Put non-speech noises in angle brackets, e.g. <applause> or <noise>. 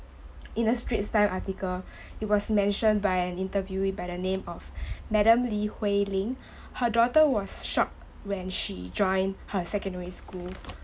in a straits time article <breath> it was mention by an interviewee by the name of <breath> madam Lee-Hui-Ling <breath> her daughter was shocked when she joined her secondary school